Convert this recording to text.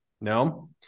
No